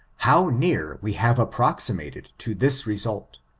how near we have approximated to this result,